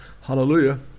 hallelujah